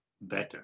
better